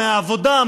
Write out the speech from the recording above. מהעבודה,